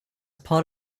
part